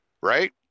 right